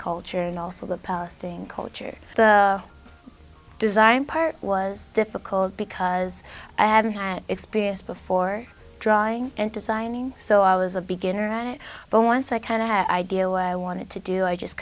culture and also the passing culture the design part was difficult because i hadn't had experience before drawing and designing so i was a beginner at it but once i kind of idea what i wanted to do i just